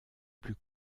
plus